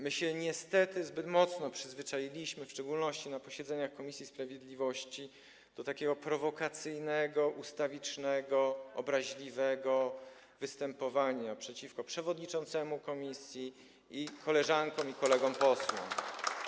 My się niestety za bardzo przyzwyczailiśmy, w szczególności na posiedzeniach komisji sprawiedliwości, do takiego prowokacyjnego, ustawicznego, obraźliwego występowania przeciwko przewodniczącemu komisji i koleżankom i kolegom posłom.